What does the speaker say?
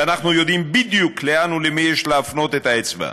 ואנחנו יודעים בדיוק לאן ולמי יש להפנות את האצבע.